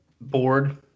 board